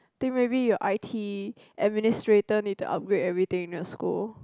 think maybe your I_T administrator need to upgrade everything in your school